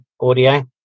audio